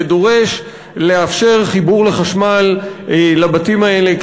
ודורש לאפשר חיבור לחשמל לבתים האלה,